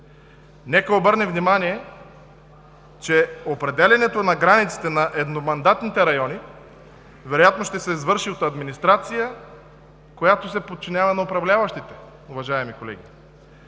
Нека обърнем внимание, че определянето на границите на едномандатните райони вероятно ще се извършват от администрация, която се подчинява на управляващите, уважаеми колеги.